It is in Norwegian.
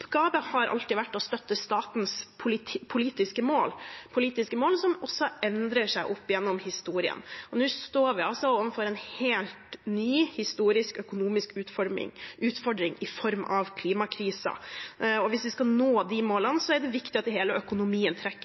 har alltid vært å støtte statens politiske mål, politiske mål som også endrer seg opp gjennom historien. Nå står vi altså overfor en helt ny, historisk økonomisk utfordring i form av klimakrisen, og hvis vi skal nå de målene, er det viktig at hele økonomien trekker